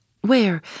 where